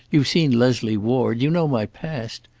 you've seen leslie ward. you know my past.